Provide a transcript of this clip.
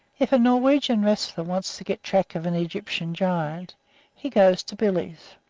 if a norwegian wrestler wants to get track of an egyptian giant he goes to billy's.